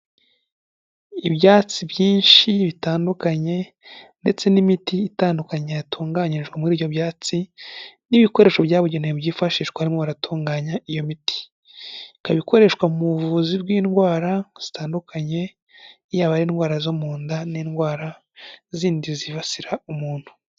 Ibyatsi byinshi bitandukanye ndetse n'imiti itandukanye yatunganyijwe muri ibyo byatsi, n'ibikoresho byabugenewe byifashishwa barimo baratunganya iyo miti, ikaba ikoreshwa mu buvuzi bw'indwara zitandukanye, yaba ari indwara zo mu nda n'indwara zindi zibasira umuntu.